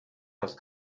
els